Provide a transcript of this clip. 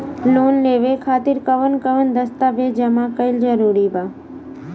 Loan लेवे खातिर कवन कवन दस्तावेज जमा कइल जरूरी बा?